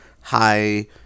high